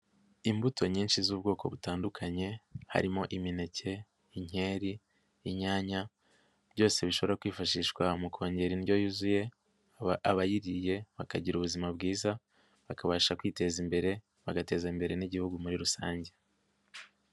Imbuto nyinshi z'ubwoko butandukanye harimo imineke, inkeri, inyanya byose bishobora kwifashishwa mu kongera indyo yuzuye, abayiriye bakagira ubuzima bwiza bakabasha kwiteza imbere bagateza imbere n'Igihugu muri rusange.